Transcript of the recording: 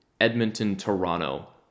Edmonton-Toronto